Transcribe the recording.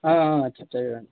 చెప్తాను చూడండి